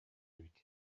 эбит